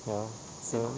ya so